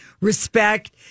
respect